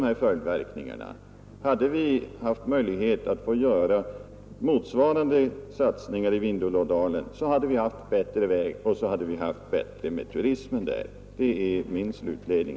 Hade vi haft möjligheten att göra motsvarande satsningar i Vindelådalen hade vi haft bättre väg och därmed också bättre turism. Det är min slutledning.